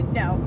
no